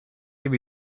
give